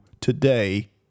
today